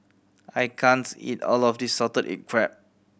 I can't eat all of this salted egg crab